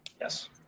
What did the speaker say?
Yes